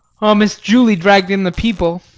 oh, miss julie dragged in the people.